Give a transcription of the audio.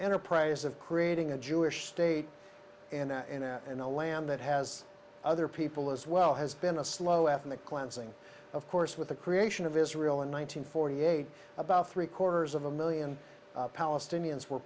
enterprise of creating a jewish state and that in a land that has other people as well has been a slow ethnic cleansing of course with the creation of israel in one nine hundred forty eight about three quarters of a million palestinians were